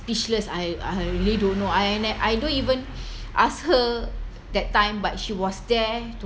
speechless I I really don't know I ne~ I don't even ask her that time but she was there to